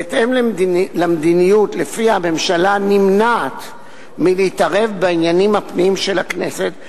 בהתאם למדיניות שלפיה הממשלה נמנעת מלהתערב בעניינים הפנימיים של הכנסת,